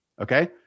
Okay